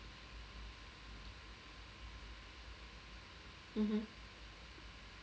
mmhmm